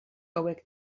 hauek